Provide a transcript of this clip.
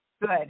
Good